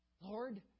Lord